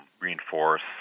reinforce